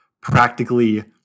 practically